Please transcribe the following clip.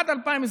עד 2024,